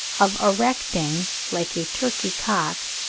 of erecting, like a turkey-cock,